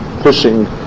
pushing